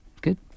Good